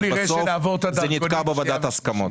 אבל בסוף זה נתקע בוועדת הסכמות.